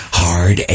hard